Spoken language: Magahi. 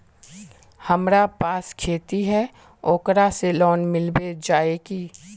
हमरा पास खेती है ओकरा से लोन मिलबे जाए की?